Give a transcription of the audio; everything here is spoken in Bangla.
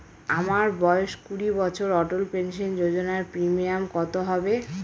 আমার বয়স কুড়ি বছর অটল পেনসন যোজনার প্রিমিয়াম কত হবে?